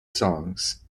songs